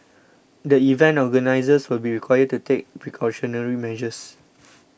the event organisers will be required to take precautionary measures